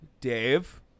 Dave